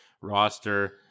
roster